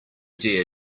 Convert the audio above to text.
dear